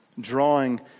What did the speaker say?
drawing